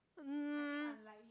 um